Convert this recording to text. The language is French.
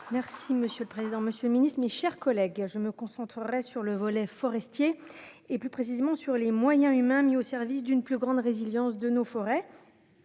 Merci monsieur le président, Monsieur le Ministre, mes chers collègues, je me concentrerai sur le volet forestier et plus précisément sur les moyens humains mis au service d'une plus grande résilience de nos forêts,